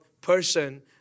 person